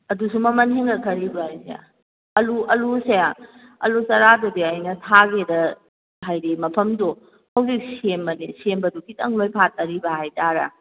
ꯑꯗꯨꯁꯨ ꯃꯃꯟ ꯍꯦꯟꯒꯠꯈꯔꯤꯕ꯭ꯔꯥ ꯍꯥꯏꯁꯦ ꯑꯂꯨ ꯑꯂꯨꯁꯦ ꯑꯂꯨ ꯆꯥꯔꯥꯗꯨꯗꯤ ꯑꯩꯅ ꯊꯥꯒꯦꯗꯅ ꯍꯥꯏꯗꯤ ꯃꯐꯝꯗꯣ ꯍꯧꯖꯤꯛ ꯁꯦꯝꯕꯅꯦ ꯁꯦꯝꯕꯗꯣ ꯈꯤꯇꯪ ꯂꯣꯏꯐꯥꯠꯇꯔꯤꯕ ꯍꯥꯏꯇꯥꯔꯦ